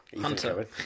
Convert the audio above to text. Hunter